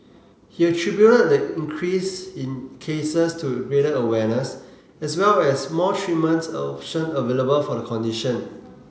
he attributed the increase in cases to greater awareness as well as more treatment option available for the condition